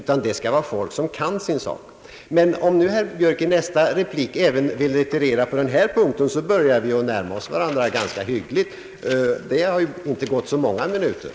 Det skall vara folk som kan sin sak. Men om herr Björk i nästa replik vill retirera även på den här punkten kan vi närma oss varandra ännu mera.